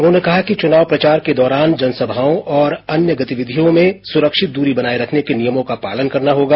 उन्होंने कहा कि चुनाव प्रचार के दौरान जनसभाओं और अन्य गतिविधियों में सुरक्षित दूरी बनाए रखने के नियमों का पालन करना होगा